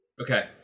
Okay